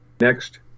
Next